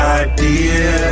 idea